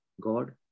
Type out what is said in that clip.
God